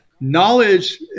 Knowledge